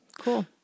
cool